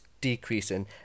decreasing